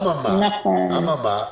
אלא מה?